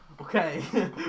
Okay